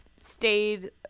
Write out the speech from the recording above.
stayed